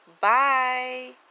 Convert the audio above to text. Bye